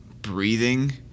breathing